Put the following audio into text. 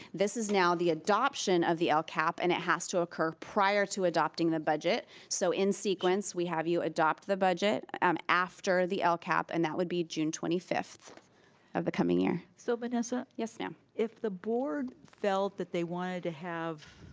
this is now the adoption of the ah lcap and it has to occur prior to adopting the budget. so in sequence we have you adopt the budget, um after the lcap and that would be june twenty five of the coming year. so vanessa. yes, ma'am. if the board, felt that they wanted to have